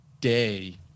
day